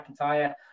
McIntyre